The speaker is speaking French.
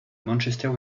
manchester